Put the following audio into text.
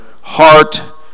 heart